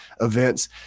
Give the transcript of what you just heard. events